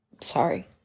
sorry